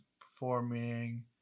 performing